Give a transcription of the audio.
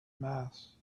mass